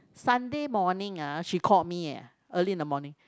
Sunday morning ah she called me eh early in the morning